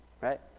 right